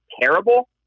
terrible